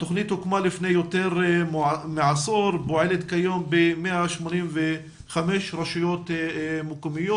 התוכנית הוקמה לפני יותר מעשור ופועלת כיום ב-185 רשויות מקומיות.